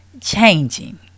changing